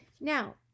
Now